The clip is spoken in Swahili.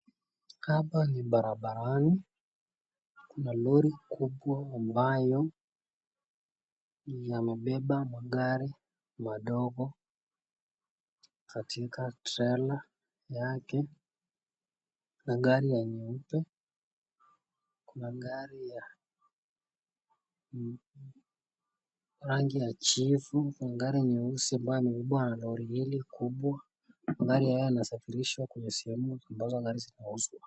Hapa ni barabarani. Kuna lori kubwa ambayo yamebeba magari madogo katika trela yake kuna gari ya nyeupe, kuna gari ya rangi ya jivu, kuna gari ya nyeusi ambayo na lori hili kubwa. Magari haya yanasafishwa hadi sehemu ambayo yanauzwa.